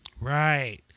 Right